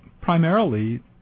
primarily